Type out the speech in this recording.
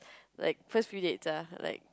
like first few dates ah like